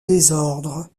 désordre